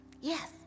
Yes